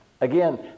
Again